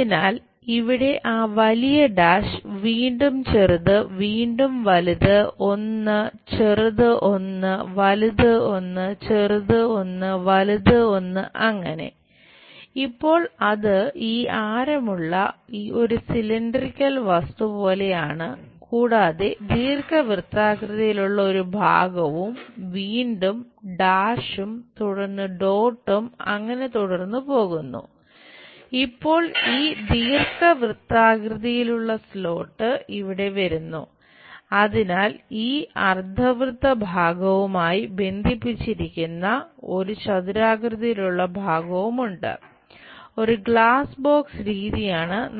അതിനാൽ ഇവിടെ ആ വലിയ ഡാഷ്